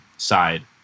side